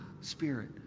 spirit